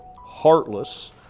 heartless